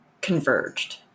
converged